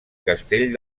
castell